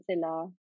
sila